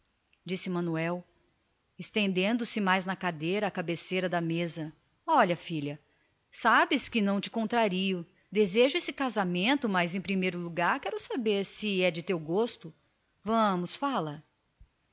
disse manuel esticando se mais na cadeira em que se achava assentado à cabeceira da mesa em frente da filha bem sabes que te não contrario desejo este casamento desejo mas em primeiro lugar convém saber se ele é do teu gosto vamos fala